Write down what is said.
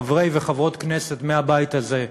חברי וחברות כנסת בבית הזה,